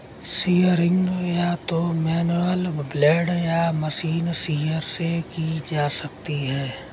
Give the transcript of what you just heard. shearing या तो manual blade या मशीन शीयर से की जा सकती है